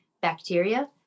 bacteria